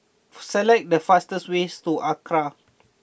select the fastest ways to Acra